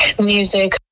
music